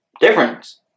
difference